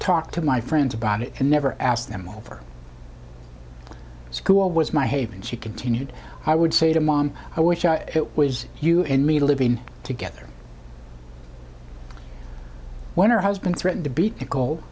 talk to my friends about it and never asked them over school was my haven she continued i would say to mom i wish i was you and me living together when her husband threatened to beat